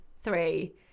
three